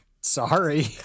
sorry